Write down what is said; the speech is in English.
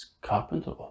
Carpenter